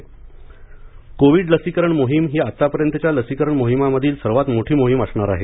लसीकरण बलडाणा कोविड लसौकरण मोहिम ही आतापर्यंतच्या लसीकरण मोहिमांमधील सर्वात मोठी मोहीम असणार आहे